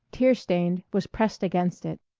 tear-stained, was pressed against it,